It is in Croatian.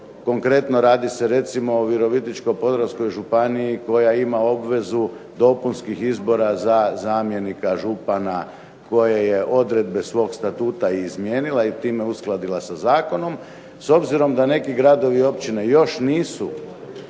Konkretno radi se o Virovitičko-podravskoj županiji koja ima obvezu dopunskih izbora za zamjenika župana koje je odredbe svog statuta izmijenila i time uskladila sa Zakonom. S obzirom da neki gradovi i općine još nisu